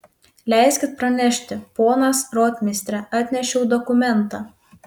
leiskit pranešti ponas rotmistre atnešiau dokumentą